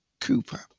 Cooper